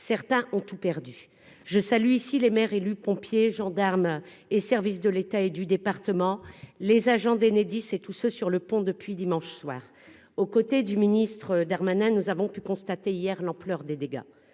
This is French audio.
certains ont tout perdu, je salue ici les maires élus, pompiers, gendarmes et services de l'État et du département, les agents d'Enedis et tout ce sur le pont depuis dimanche soir, au côté du ministre Darmanin nous avons pu constater hier l'ampleur des dégâts